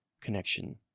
connection